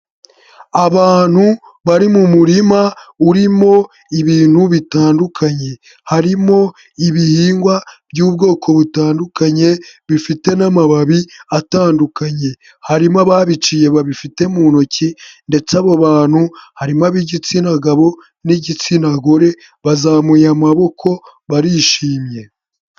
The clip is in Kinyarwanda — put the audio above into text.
Abantu bari mu murima urimo ibintu bitandukanye, harimo ibihingwa by'ubwoko butandukanye bifite n'amababi atandukanye, harimo ababiciye babifite mu ntoki ndetse abo bantu harimo ab'igitsina gabo n'igitsina gore bazamuye amaboko barishimye.